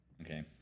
Okay